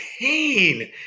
pain